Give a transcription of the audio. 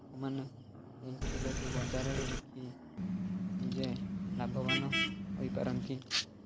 ସେମାନେ ଏହି କ୍ଷୀରକୁ ବଜାରରେ ବିକି ନିଜେ ଲାଭବାନ ହୋଇପାରନ୍ତି